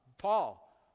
Paul